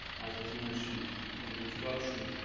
as was mentioned in the introduction,